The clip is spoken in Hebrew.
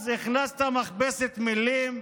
אז הכנסת מכבסת מילים,